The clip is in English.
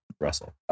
Russell